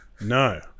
No